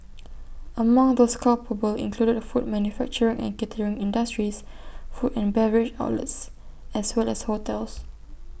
among those culpable included food manufacturing and catering industries food and beverage outlets as well as hotels